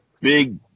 big